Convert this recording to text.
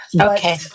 Okay